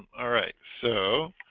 all right, so